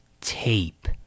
tape